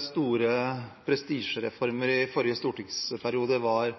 store prestisjereformer i forrige stortingsperiode var